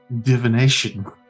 divination